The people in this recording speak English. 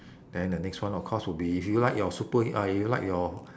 then the next one of course will be if you like your superh~ uh you like your